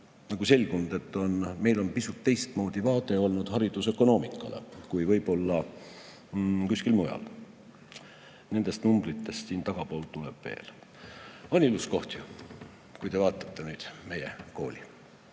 on selgunud, meil on pisut teistmoodi vaade olnud haridusökonoomikale kui võib-olla kuskil mujal. Nendest numbritest aga tagapool tuleb veel juttu. On ilus koht ju, kui te vaatate nüüd meie kooli!